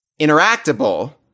interactable